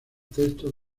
textos